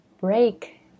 break